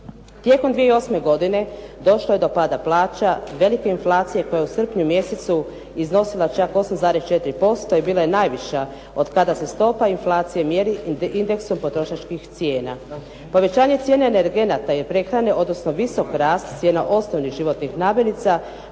Tijekom 2008. godine došlo je do pada plaća, velike inflacije koja je u srpnju mjesecu iznosila čak 8,4% i bila je najviša od kada se stopa inflacije mjeri indeksom potrošačkih cijena. Povećanje cijene energenata i prehrane, odnosno visok rast, cijena osnovnih životnih namirnica